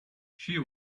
she